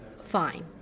fine